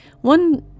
One